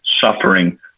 suffering